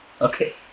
Okay